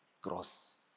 cross